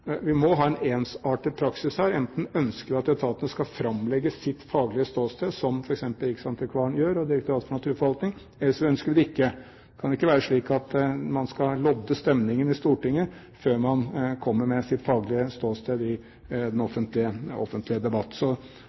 Vi må ha en ensartet praksis her. Enten ønsker vi at etatene skal framlegge sitt faglige ståsted som f.eks. riksantikvaren og Direktoratet for naturforvaltning gjør, eller så ønsker vi det ikke. Det kan ikke være slik at man skal lodde stemningen i Stortinget før man kommer med sitt faglige ståsted i den offentlige debatt.